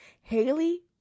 Haley